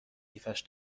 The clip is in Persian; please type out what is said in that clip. کیفش